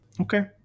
Okay